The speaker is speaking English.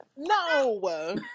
no